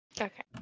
Okay